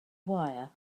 wire